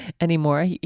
anymore